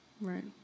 right